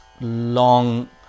long